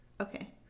Okay